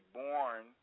born